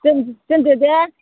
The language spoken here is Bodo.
दोन दोन्दो दे